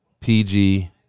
PG